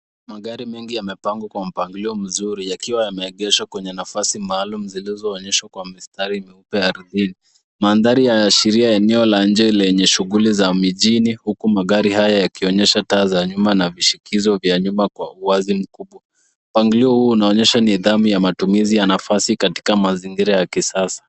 Magari mengi yamepangwa kwa mpangilio mzuri yakiwa yameegeshwa kwenye nafasi maalum zilizoonyeshwa kwa mistari mieupe ardhini. Mandhari yanaashiria eneo la nje lenye shughuli za mijini huku magari haya yakionyesha taa za nyuma na vishikizo vya nyuma kwa uwazi mkubwa. Mpangilio huu unaonyesha nidhamu matumizi ya nafasi katika mazingira ya kisasa.